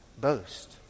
boast